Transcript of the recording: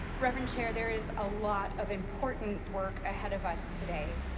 reverend chair, there is a lot of important work ahead of us today.